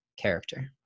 character